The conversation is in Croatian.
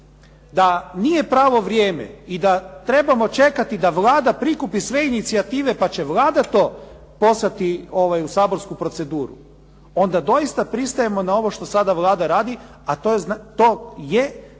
da nije pravo vrijeme i da trebamo čekati da Vlada prikupi sve inicijative pa će Vlada to poslati u saborsku proceduru onda doista pristajemo na ovo što sada Vlada radi a to je da